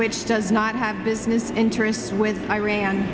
which does not have business interests with iran